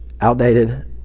outdated